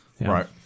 Right